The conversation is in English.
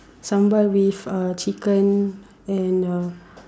sambal with uh chicken and uh